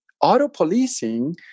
auto-policing